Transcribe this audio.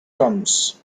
comes